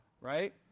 right